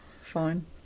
Fine